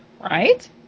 Right